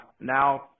now